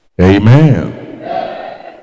Amen